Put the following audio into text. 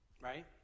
Right